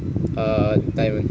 err diamond